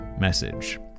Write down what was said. message